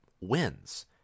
wins